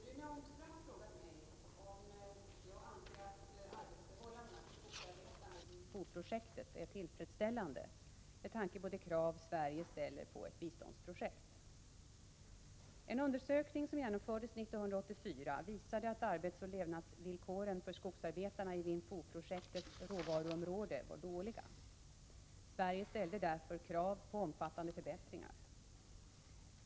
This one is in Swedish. Herr talman! Rune Ångström har frågat mig om jag anser att arbetsförhållandena för skogsarbetarna i Vinh Phu-projektet är tillfredsställande med tanke på de krav Sverige ställer på ett biståndsprojekt. En undersökning som genomfördes år 1984 visade att arbetsoch levnadsvillkoren för skogsarbetarna i Vinh Phu-projektets råvaruområde var dåliga. Sverige ställde därför krav på omfattande förbättringar.